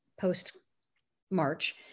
post-March